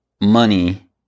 money